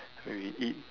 when we eat